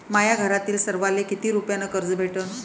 माह्या घरातील सर्वाले किती रुप्यान कर्ज भेटन?